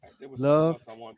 love